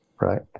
right